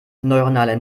neuronale